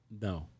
no